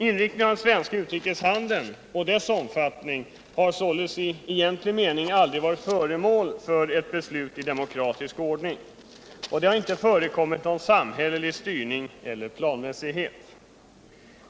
Inriktningen av den svenska utrikeshandeln och dess omfattning har således i egentlig mening aldrig varit föremål för ett beslut i demokratisk ordning. Det har inte heller förekommit någon samhällelig styrning eller planmässighet.